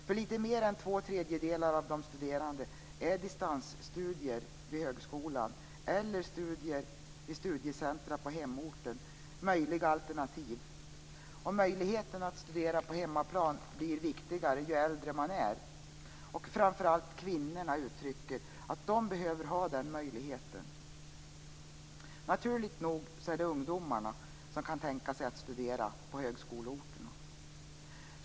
För lite mer än två tredjedelar av de studerande är distansstudier vid högskolan eller studier vid studiecentrum på hemorten möjliga alternativ. Möjligheten att studera på hemmaplan blir viktigare ju äldre man är. Framför allt kvinnorna uttrycker att de behöver ha den möjligheten. Naturligt nog är det ungdomarna som kan tänka sig att studera på högskoleorterna.